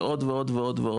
ועוד, ועוד ועוד.